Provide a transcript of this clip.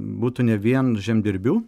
būtų ne vien žemdirbių